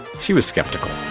she was skeptical